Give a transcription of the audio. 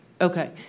Okay